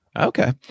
Okay